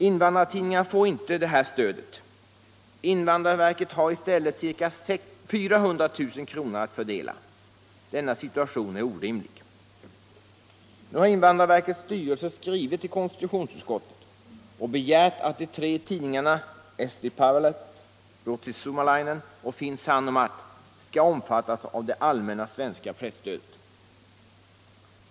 Invandrartidningarna får inte det här stödet. Invandrarverket har i stället ca 400 000 kr. att fördela. Denna situation är orimlig. Nu har invandrarverkets styrelse skrivit till konstitutionsutskottet och begärt att de tre tidningarna Eesti Päevaleht, Ruotsin Suomalainen och Finn Sanomat skall omfattas av det allmänna svenska presstödet.